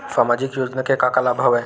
सामाजिक योजना के का का लाभ हवय?